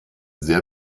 sehr